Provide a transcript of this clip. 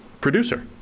producer